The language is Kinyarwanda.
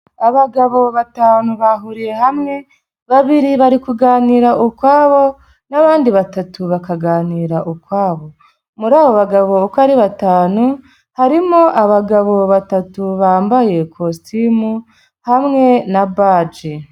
Abagabo batanu bahuriye hamwe, babiri bari kuganira ukwabo n'abandi batatu bakaganira ukwabo. Muri aba bagabo uko ari batanu, harimo abagabo batatu bambaye kositimu hamwe na baje.